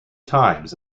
times